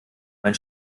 mein